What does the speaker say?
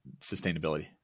sustainability